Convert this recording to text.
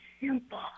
simple